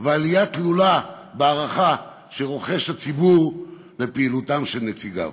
ועלייה תלולה בהערכה שרוחש הציבור לפעילותם של נציגיו.